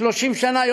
30 שנה.